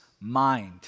mind